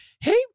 Hey